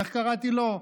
איך קראתי לו?